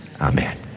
Amen